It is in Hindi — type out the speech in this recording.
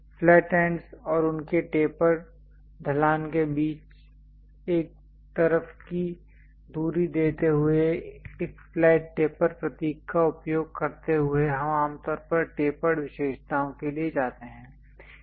फ्लैट एंडस् और उनके टेपर ढलान के बीच एक तरफ की दूरी देते हुए एक फ्लैट टेपर प्रतीक का उपयोग करते हुए हम आमतौर पर टेपर्ड विशेषताओं के लिए जाते हैं